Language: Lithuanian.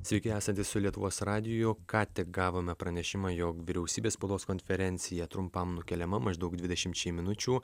sveiki esantys su lietuvos radiju ką tik gavome pranešimą jog vyriausybės spaudos konferencija trumpam nukeliama maždaug dvidešimčiai minučių